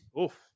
Oof